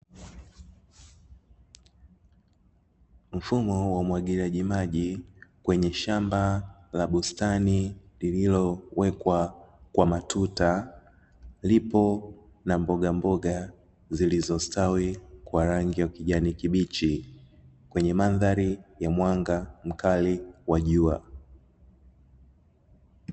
Mfumo wa umwagiliaji maji kwenye shamba la bustani, lililowekwa kwa matuta, lipo na mbogamboga, zilizostawi kwa rangi ya ukijani kibichi, kwenye mandhari ya mwanga mkali wa jua.